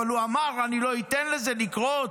אבל הוא אמר: אני לא אתן לזה לקרות,